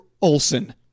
Olson